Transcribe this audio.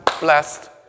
blessed